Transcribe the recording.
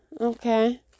okay